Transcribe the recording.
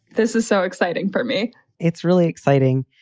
this is so exciting for me it's really exciting.